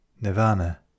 nirvana